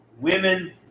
women